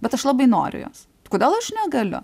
bet aš labai noriu jos kodėl aš negaliu